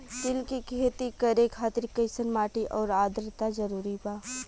तिल के खेती करे खातिर कइसन माटी आउर आद्रता जरूरी बा?